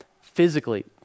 Physically